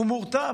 הוא מורתע,